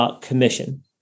commission